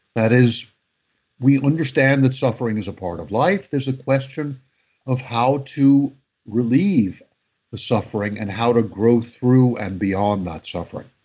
that is we understand that suffering is part of life. there's a question of how to relieve the suffering and how to grow through and beyond that suffering.